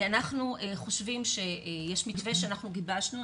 יש מתווה שאנחנו גיבשנו,